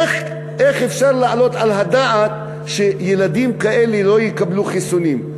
איך אפשר להעלות על הדעת שילדים כאלה לא יקבלו חיסונים?